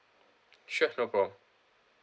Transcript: sure no problem